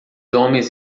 homens